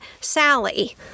Sally